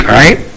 right